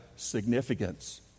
significance